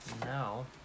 now